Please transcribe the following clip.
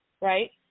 right